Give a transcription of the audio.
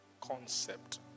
concept